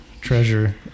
treasure